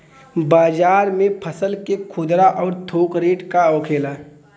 बाजार में फसल के खुदरा और थोक रेट का होखेला?